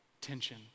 tension